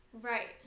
Right